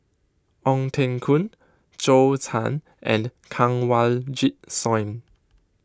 Ong Teng Koon Zhou Can and Kanwaljit Soin